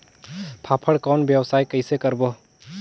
फाफण कौन व्यवसाय कइसे करबो?